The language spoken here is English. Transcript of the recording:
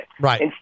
Right